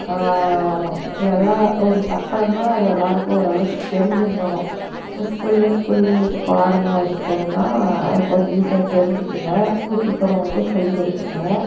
எல்லா ஒரு சட்டம்னால் அது எல்லாேருக்கும் ஓரளவுக்கு தெரிஞ்சுன்னுக்கணும் இப்போ ஸ்கூலிலே பிள்ளைங்களுக்கு பாடமாக வெச்சுட்டாங்கன்னா அது கொஞ்சம் ஈஸியாக தெரிஞ்சுக்குங்க வீட்ல இருக்குறவங்களுக்கும் சொல்லிக் கொடுக்குங்க